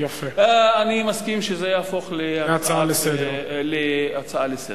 אני מסכים שזה יהפוך להצעה לסדר-היום.